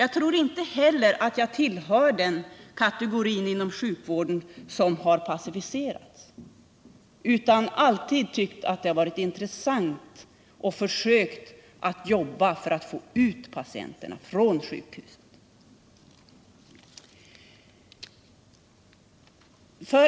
Jag tror inte heller att jag tillhör den kategori inom sjukvården som har passiviserats, utan jag har alltid tyckt att arbetet varit intressant och jag har försökt jobba för att få ut patienterna från sjukhuset.